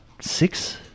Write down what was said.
six